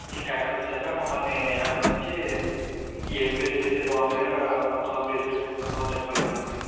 మేము కాకినాడ వచ్చాక మమ్మల్ని అక్కడ నుంచి ఏ ప్లేసెస్ అయితే బాగుంటాయో మొత్తం ఆ ప్లేసెస్ టెంపుల్స్ తిప్పాలి మేడం మీరు